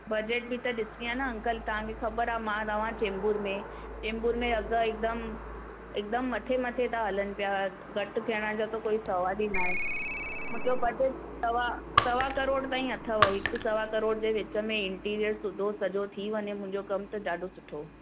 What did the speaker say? budget बि त ॾिसणी आहे न अंकल तव्हांखे ख़बर आहे मां रहां चेंबूर में चेंबूर में अघि हिकदमि हिकदमि मथे मथे त हलनि पिया घटि थियण जा त कोई सुवालु ई न आहे मुंहिंजो बजेट सवा सवा करोड़ ताईं अथव भई हिकु सवा करोड़ जे विच में इंटीरिअर सुठो सॼो थी वञे मुंहिंजो कमु त ॾाढो सुठो